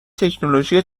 تکنولوژی